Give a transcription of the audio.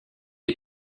est